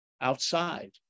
outside